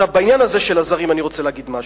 בעניין הזרים אני רוצה להגיד משהו.